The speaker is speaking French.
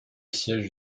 siège